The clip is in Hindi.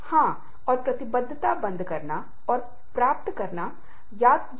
और अधिक भार न लें क्योंकि बहुत अधिक काम करने से भी मृत्यु हो जाती है